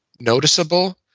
noticeable